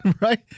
Right